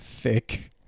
thick